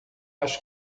acho